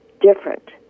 different